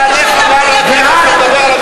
של נעליך כשאתה מדבר על המפלגה הזאת.